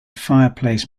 fireplace